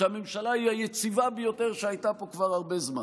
כשהממשלה היא היציבה ביותר שהייתה פה כבר הרבה זמן.